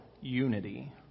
unity